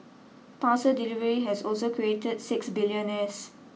parcel delivery has also create six billionaires